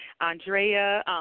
Andrea